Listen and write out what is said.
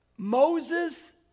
Moses